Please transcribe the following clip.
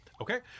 Okay